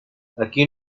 aquí